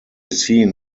seen